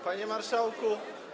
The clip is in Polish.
Panie Marszałku!